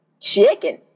chicken